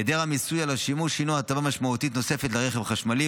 היעדר המיסוי על השימוש הינו הטבה משמעותית נוספת לרכב חשמלי,